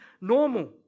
normal